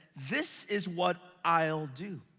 this is what i'll do.